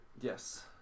Yes